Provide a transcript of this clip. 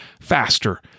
faster